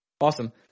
Awesome